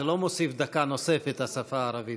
זה לא מוסיף דקה נוספת, השפה הערבית.